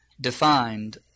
defined